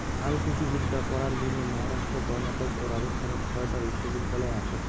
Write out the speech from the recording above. হালকৃষিবিদ্যা পড়ার জিনে মহারাষ্ট্র, কর্ণাটক ও রাজস্থানত ছয়টা বিশ্ববিদ্যালয় আচে